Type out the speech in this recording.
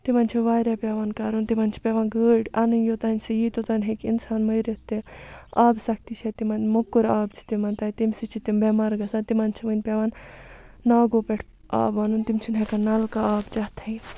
تِمَن چھِ واریاہ پیٚوان کَرُن تِمَن چھِ پیٚوان گٲڑۍ اَنٕنۍ یوٚتانۍ سُہ یی توٚتانۍ ہیٚکہِ اِنسان مٔرِتھ تہِ آبہٕ سختی چھےٚ تِمَن موٚکُر آب چھِ تِمَن تَتہِ تمہِ سۭتۍ چھِ تِم بٮ۪مار گژھان تِمَن چھِ وۄنۍ پیٚوان ناگو پٮ۪ٹھ آب اَنُن تِم چھِنہٕ ہیٚکان نَلکہٕ آب چیٚتھٕے